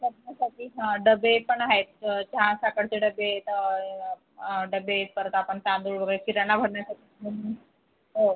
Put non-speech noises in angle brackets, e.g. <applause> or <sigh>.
<unintelligible> डबे पण आहेत चहा साखरचे डबे आहेत डबे परत आपण तांदूळ वगैरे किराणा भरण्यासाठी <unintelligible> हो